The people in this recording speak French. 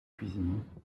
cuisine